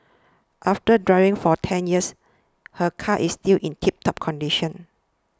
after driving for ten years her car is still in tiptop condition